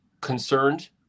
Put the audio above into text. concerned